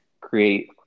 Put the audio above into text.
create